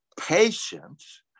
patience